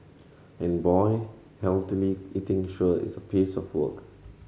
and boy healthily eating sure is a piece of work